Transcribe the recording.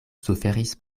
suferis